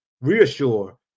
reassure